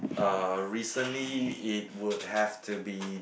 uh recently it would have to be